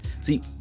See